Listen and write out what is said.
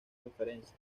conference